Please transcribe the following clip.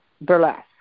burlesque